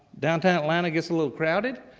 downtown atlanta gets a little crowded,